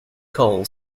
coal